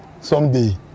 Someday